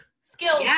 skills